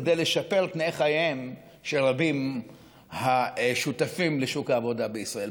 כדי לשפר תנאי חייהם של רבים השותפים לשוק העבודה בישראל.